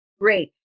great